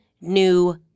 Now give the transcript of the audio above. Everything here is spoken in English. New